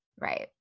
Right